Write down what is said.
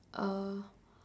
uh